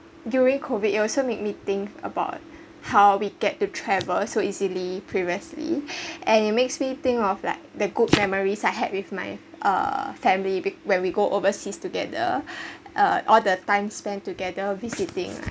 during COVID it also makes me think about how we get to travel so easily previously and it makes me think of like the good memories I had with my err family be~ when we go overseas together uh all the time spent together visiting like